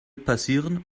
passieren